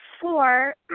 four